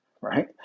right